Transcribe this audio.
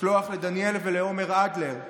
לשלוח לדניאל ולעומר אדלר,